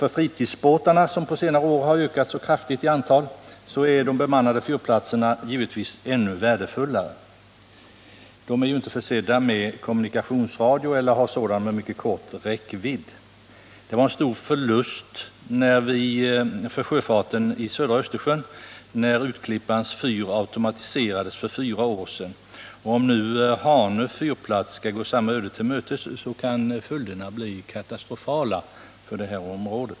För fritidsbåtarna, som på senare år ökat kraftigt i antal, är de bemannade fyrplatserna ännu värdefullare; fritidsbåtarna är ju inte försedda med kommunikationsradio eller har sådan med kort räckvidd. Det var en förlust för sjöfarten i södra Östersjön när Utklippans fyr automatiserades för fyra år sedan. Om nu Hanö fyrplats skall gå samma öde till mötes, så kan följderna bli katastrofala för detta område.